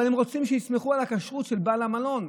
אבל הם רוצים שיסמכו על הכשרות של בעל המלון,